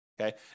okay